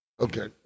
Okay